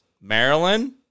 Maryland